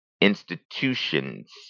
institutions